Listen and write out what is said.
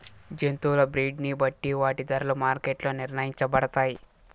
జంతువుల బ్రీడ్ ని బట్టి వాటి ధరలు మార్కెట్ లో నిర్ణయించబడతాయి